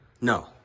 No